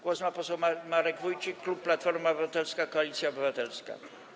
Głos ma poseł Marek Wójcik, klub Platforma Obywatelska - Koalicja Obywatelska.